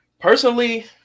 Personally